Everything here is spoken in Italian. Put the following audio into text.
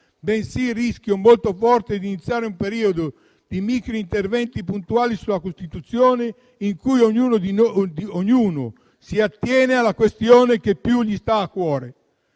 bensì il rischio molto forte di iniziare un periodo di microinterventi puntuali sulla Costituzione in cui ognuno si attiene alla questione che più gli sta a cuore.